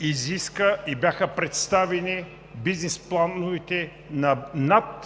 изиска и бяха представени бизнес плановете на